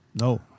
No